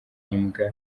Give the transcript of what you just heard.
imbwa